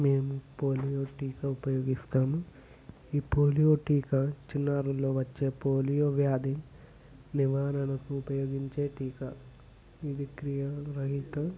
మేము పోలియో టీకా ఉపయోగిస్తాము ఈ పోలియో టీకా చిన్నారులలో వచ్చే పోలియో వ్యాధి నివారణకు ఉపయోగించే టీకా ఇది క్రియారహిత